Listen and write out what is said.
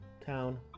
town